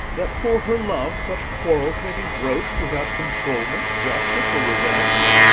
that for her love such quarrels may be broach'd without controlment, justice, or revenge?